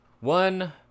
one